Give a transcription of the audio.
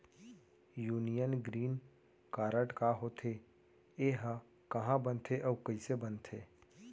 Union green card का होथे, एहा कहाँ बनथे अऊ कइसे बनथे?